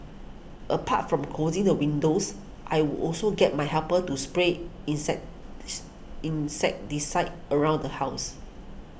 apart from closing the windows I would also get my helper to spray inset insecticide around the house